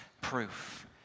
proof